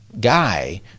guy